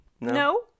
No